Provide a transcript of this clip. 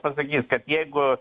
pasakys kad jeigu